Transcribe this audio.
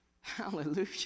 Hallelujah